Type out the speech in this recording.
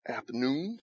afternoon